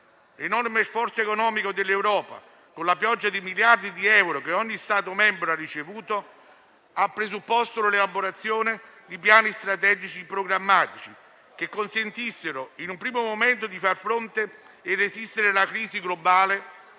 L'enorme sforzo economico dell'Europa, con la pioggia di miliardi di euro che ogni Stato membro ha ricevuto, ha presupposto l'elaborazione di piani strategici programmatici che consentissero, in un primo momento, di far fronte e resistere alla crisi globale